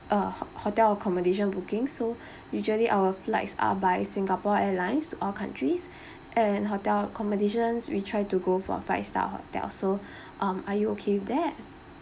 uh ho~ hotel accommodation booking so usually our flights are by singapore airlines to all countries and hotel accommodations we try to go for a five star hotel so um are you okay with that